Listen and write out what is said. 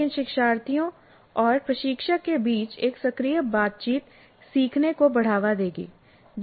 लेकिन शिक्षार्थियों और प्रशिक्षक के बीच एक सक्रिय बातचीत सीखने को बढ़ावा देगी